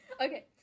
okay